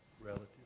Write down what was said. relative